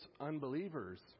unbelievers